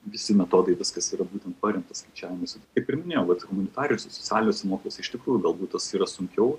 visi metodai viskas yra būtent paremtas skaičiavimais kaip ir minėjau vat humanitariniuose socialiniuose mokslus iš tikrųjų galbūt tas yra sunkiau